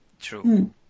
True